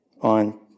on